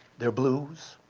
their blues?